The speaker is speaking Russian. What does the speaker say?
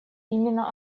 именно